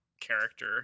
character